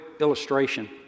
illustration